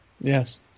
Yes